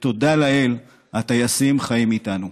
ותודה לאל, הטייסים חיים איתנו.